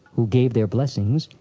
who gave their blessings,